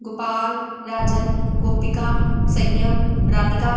Gopal Rajan Gopika Sanyam Radhika